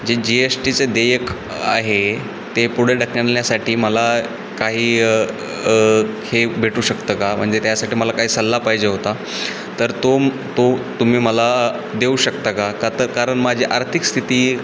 जे G S टीचं देयक आहे ते पुढं ढकलण्यासाठी मला काही हे भेटू शकतं का म्हणजे त्यासाठी मला काही सल्ला पाहिजे होता तर तो तो तुम्ही मला देऊ शकता का तर कारण माझी आर्थिक स्थिती